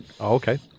Okay